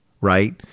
right